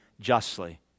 justly